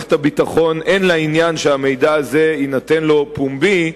ומערכת הביטחון אין לה עניין שהמידע הזה יינתן לו פומבי,